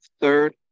Third